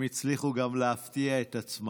הם הצליחו גם להפתיע את עצמם.